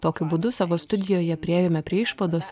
tokiu būdu savo studijoje priėjome prie išvados